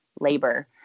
labor